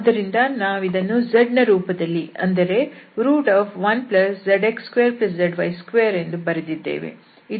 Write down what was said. ಆದ್ದರಿಂದ ನಾವಿದನ್ನು z ನ ರೂಪದಲ್ಲಿ ಅಂದರೆ 1zx2zy2 ಎಂದು ಬರೆದಿದ್ದೇವೆ